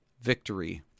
victory